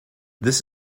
this